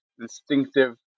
instinctive